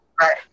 Right